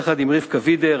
יחד עם רבקה וידר,